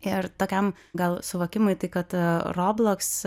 ir tokiam gal suvokimui tai kad robloks